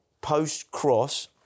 post-cross